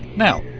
now,